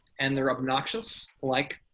and they're obnoxious, like,